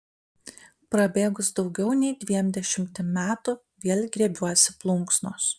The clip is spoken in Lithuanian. prabėgus daugiau nei dviem dešimtim metų vėl griebiuosi plunksnos